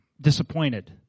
disappointed